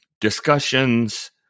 discussions